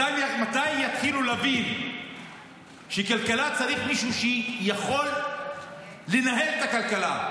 מתי יתחילו להבין שצריך מישהו שיכול לנהל את הכלכלה?